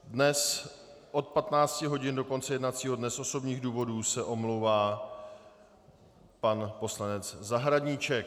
Dnes od 15 hodin do konce jednacího dne z osobních důvodů se omlouvá pan poslanec Zahradníček.